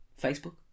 Facebook